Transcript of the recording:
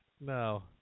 No